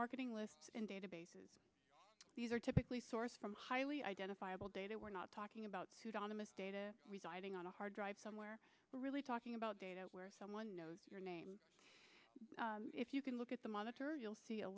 marketing lists in databases these are typically source from highly identifiable data we're not talking about to thomas data residing on a hard drive somewhere we're really talking about data where someone knows your name if you can look at the monitor you'll see a